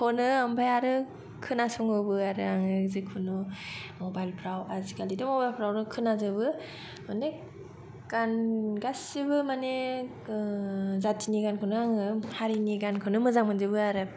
खनो आमफ्राय आरो खोनासङोबो आरो आङो जिखुनु मबाइलफ्राव आजिखालिथ' मबाइलफ्रावनो खोनाजोबो अनेक गान गासिबो मानि जातिनि गानखौनो आङो हारिनि गानखौनो मोजां मोनजोबो आरो